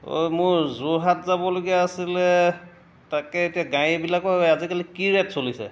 অঁ মোৰ যোৰহাট যাবলগীয়া আছিলে তাকে এতিয়া গাড়ীবিলাকৰ আজিকালি কি ৰেট চলিছে